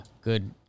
good